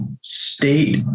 state